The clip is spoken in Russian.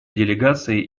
делегация